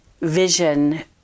vision